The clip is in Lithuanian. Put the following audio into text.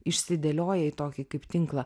išsidėlioja į tokį kaip tinklą